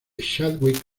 chadwick